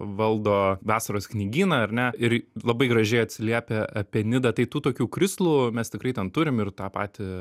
valdo vasaros knygyną ar ne ir labai gražiai atsiliepia apie nidą tai tų tokių krislų mes tikrai ten turim ir tą patį